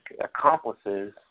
accomplices